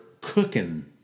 cooking